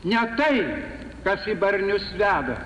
ne tai kas į barnius veda